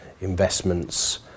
investments